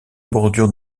bordure